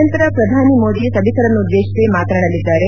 ನಂತರ ಪ್ರಧಾನಿ ಮೋದಿ ಸಭಿಕರನ್ನುದ್ದೇಶಿಸಿ ಮಾತನಾಡಲಿದ್ದಾರೆ